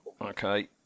Okay